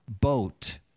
boat